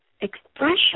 expression